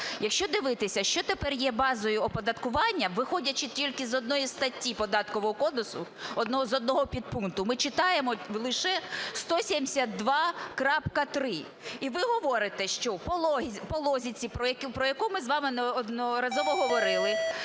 Якщо дивитися, що тепер є базою оподаткування, виходячи тільки з однієї статті Податкового кодексу з одного підпункту, ми читаємо лише 172.3. І ви говорите, що по логіці, про яку ми з вами неодноразово говорили,